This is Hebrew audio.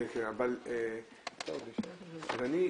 אבל לפני כן דקה,